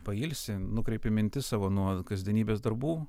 pailsi nukreipi mintis savo nuo kasdienybės darbų